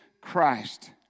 Christ